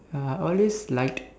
uh all this like